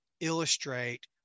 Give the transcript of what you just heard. illustrate